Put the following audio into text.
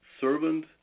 servant